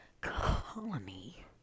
colony